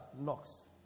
knocks